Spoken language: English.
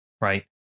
right